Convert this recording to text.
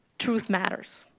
truth matters.